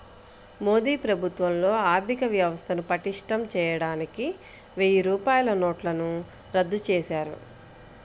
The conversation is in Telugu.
మోదీ ప్రభుత్వంలో ఆర్ధికవ్యవస్థను పటిష్టం చేయడానికి వెయ్యి రూపాయల నోట్లను రద్దు చేశారు